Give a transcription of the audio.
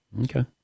Okay